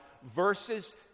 Verses